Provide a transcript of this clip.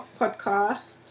Podcast